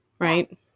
right